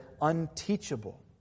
unteachable